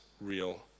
real